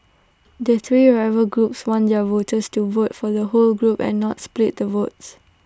the three rival groups want their voters to vote for the whole group and not split the votes